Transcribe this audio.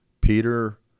Peter